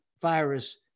virus